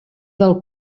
del